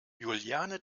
juliane